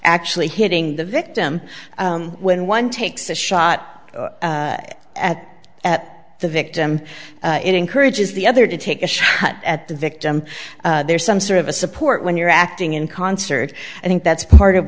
actually hitting the victim when one takes a shot at at the victim encourages the other to take a shot at the victim there's some sort of a support when you're acting in concert i think that's part of